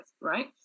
right